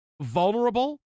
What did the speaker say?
vulnerable